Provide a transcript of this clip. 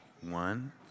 One